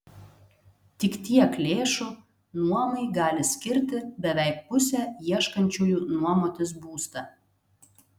tik tiek lėšų nuomai gali skirti beveik pusė ieškančiųjų nuomotis būstą